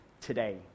today